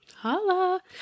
Holla